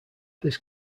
this